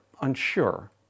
unsure